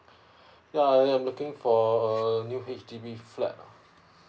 yeah uh I'm looking for um new H_D_B flat lah